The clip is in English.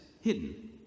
hidden